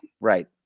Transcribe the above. Right